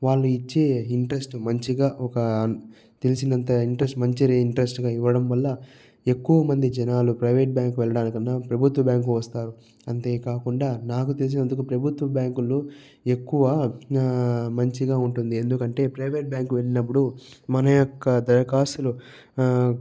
వాళ్ళు ఇచ్చే ఇంట్రెస్ట్ మంచిగా ఒక తెలిసినంత ఇంట్రెస్ట్ మంచి ఇంట్రెస్ట్గా ఇవ్వడం వల్ల ఎక్కువ మంది జనాలు ప్రైవేట్ బ్యాంకు వెళ్లడానికన్నా ప్రభుత్వ బ్యాంకు వస్తారు అంతేకాకుండా నాకు తెలిసినందుకు ప్రభుత్వ బ్యాంకులు ఎక్కువ మంచిగా ఉంటుంది ఎందుకంటే ప్రైవేట్ బ్యాంకు వెళ్ళినప్పుడు మన యొక్క దరఖాస్తులు